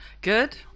good